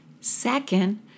Second